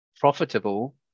profitable